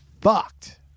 fucked